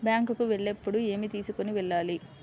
Bank కు వెళ్ళేటప్పుడు ఏమి తీసుకొని వెళ్ళాలి?